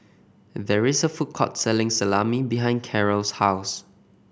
there is a food court selling Salami behind Carrol's house